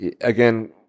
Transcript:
again